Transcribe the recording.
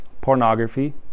pornography